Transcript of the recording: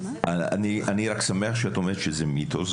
אני שמח שאת אומרת שזה מיתוס,